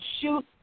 shoot